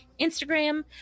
Instagram